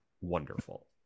wonderful